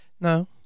No